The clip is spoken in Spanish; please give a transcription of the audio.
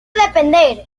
depender